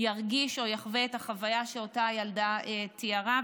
ירגיש או יחווה את החוויה שאותה ילדה תיארה.